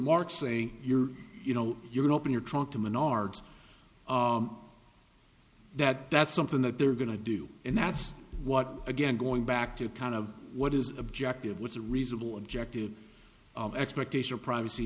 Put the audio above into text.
marked say your you know you can open your trunk them unargued that that's something that they're going to do and that's what again going back to kind of what is objective what's a reasonable objective expectation of privacy